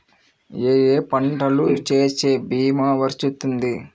ఏ ఏ పంటలు వేస్తే భీమా వర్తిస్తుంది?